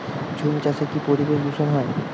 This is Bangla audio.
ঝুম চাষে কি পরিবেশ দূষন হয়?